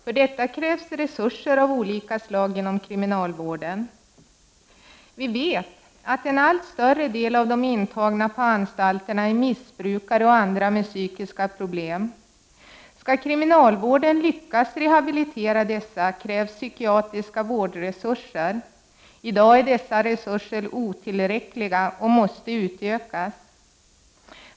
För detta krävs resurser av olika slag inom kriminalvården. Vi vet att en allt större del av de intagna på anstalterna är missbrukare och människor med psykiska problem. Om kriminalvården skall lyckas rehabilitera dessa krävs psykiatriska vårdresurser. I dag är dessa resurser otillräckliga och måste utökas.